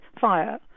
fire